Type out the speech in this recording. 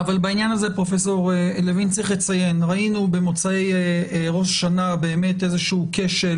בעניין הזה צריך לציין שראינו במוצאי ראש השנה איזשהו כשל